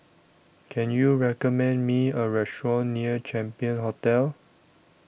Can YOU recommend Me A Restaurant near Champion Hotel